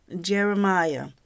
Jeremiah